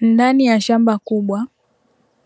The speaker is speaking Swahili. Ndani ya shamba kubwa